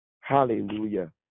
Hallelujah